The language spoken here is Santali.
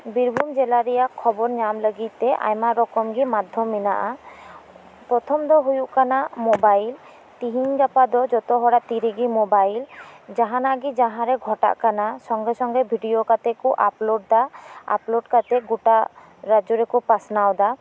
ᱵᱤᱨᱵᱷᱩᱢ ᱡᱮᱞᱟ ᱨᱮᱭᱟᱜ ᱠᱷᱚᱵᱚᱨ ᱧᱟᱢ ᱞᱟᱜᱤᱜ ᱛᱮ ᱟᱭᱢᱟ ᱨᱚᱠᱚᱢ ᱜᱮ ᱢᱟᱫᱽᱫᱷᱚᱢ ᱢᱮᱱᱟᱜᱼᱟ ᱯᱚᱨᱛᱷᱚᱢ ᱫᱚ ᱦᱩᱭᱩᱜ ᱠᱟᱱᱟ ᱢᱚᱵᱟᱭᱤᱞ ᱛᱤᱦᱤᱧ ᱜᱟᱯᱟ ᱫᱚ ᱡᱚᱛᱚ ᱦᱚᱲᱟᱜ ᱜᱮ ᱛᱤᱨᱮᱜᱮ ᱢᱚᱵᱟᱭᱤᱞ ᱡᱟᱦᱟᱸᱱᱟᱜ ᱜᱮ ᱡᱟᱦᱟᱸᱨᱮ ᱜᱷᱚᱴᱟᱜ ᱠᱟᱱᱟ ᱥᱚᱸᱜᱮ ᱥᱚᱸᱜᱮ ᱵᱷᱤᱰᱭᱳ ᱠᱟᱛᱮᱜ ᱠᱚ ᱟᱯᱞᱳᱰ ᱫᱟ ᱟᱯ ᱞᱳᱰ ᱠᱟᱛᱮᱜ ᱜᱚᱴᱟ ᱨᱟᱡᱽᱡᱚ ᱨᱮᱠᱚ ᱯᱟᱥᱱᱟᱣ ᱫᱟ